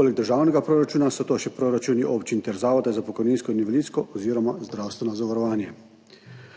Poleg državnega proračuna so to še proračuni občin ter zavoda za pokojninsko in invalidsko oziroma zdravstveno zavarovanje.